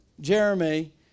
Jeremy